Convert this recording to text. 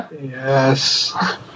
yes